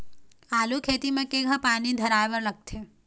आलू खेती म केघा पानी धराए बर लागथे?